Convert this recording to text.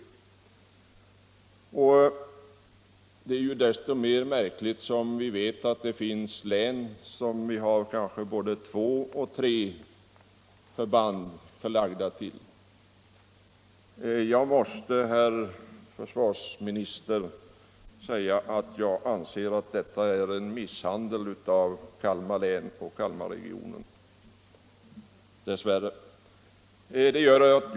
Det är ju desto mer märkligt som vi vet att det finns län, där både två och tre förband är förlagda. Jag måste, herr försvarsminister, säga att jag anser att detta dess värre är en misshandel av Kalmar län och Kalmarregionen.